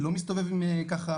לא מסתובב עם ככה,